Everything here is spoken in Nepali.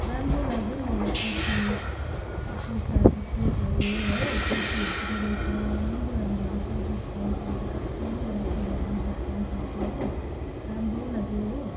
राम्रो लाग्यो हौ मलाई कुर्ती कुर्ताको सेटहरू हो कुर्तीहरू पनि रहेछ राम्रो राम्रो रहेछ हौ डिस्काउन्ट रहेछ कतिवटा कुराहरूमा डिस्काउन्ट रहेछ हो राम्रो लाग्यो हो